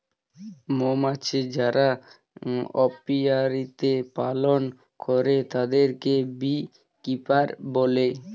মৌমাছি যারা অপিয়ারীতে পালন করে তাদেরকে বী কিপার বলে